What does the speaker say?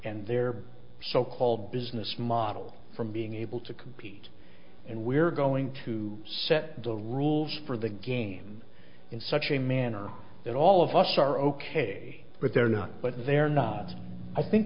and their so called business model from being able to compete and we're going to set the rules for the game in such a manner that all of us are ok but they're not but they're not i think